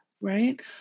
Right